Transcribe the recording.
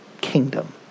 kingdom